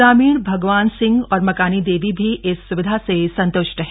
ग्रामीण भगवान सिंह और मकानी देवी भी इस स्विधा से संत्ष्ट हैं